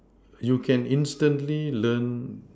you can instantly learn